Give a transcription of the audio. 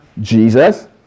Jesus